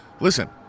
listen